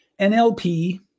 NLP